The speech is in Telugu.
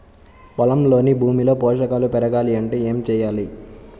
పొలంలోని భూమిలో పోషకాలు పెరగాలి అంటే ఏం చేయాలి?